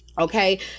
okay